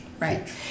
Right